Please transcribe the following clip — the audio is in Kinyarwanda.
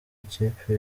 ikipe